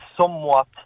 somewhat